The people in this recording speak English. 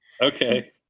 Okay